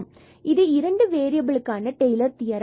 எனவே இது இரண்டு வேறியபிலுக்கான டெய்லர் தியரம்